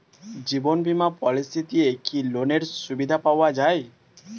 জীবন বীমা পলিসি দিয়ে কি লোনের সুবিধা পাওয়া যায়?